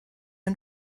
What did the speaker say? ein